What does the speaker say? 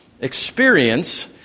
experience